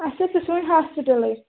اچھا سُہ چھُ وُنہِ ہاسپِٹلٕے